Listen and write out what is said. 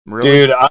Dude